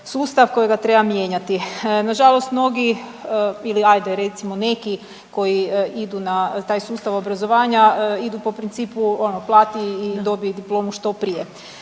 kojega treba mijenjati. Na žalost mnogi ili hajte recimo neki koji idu na taj sustav obrazovanja idu po principu plati i dobije diplomu što prije.